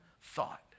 thought